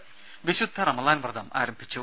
ദരദ വിശുദ്ധ റമദാൻ വ്രതം ആരംഭിച്ചു